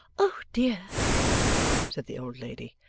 oh dear said the old lady.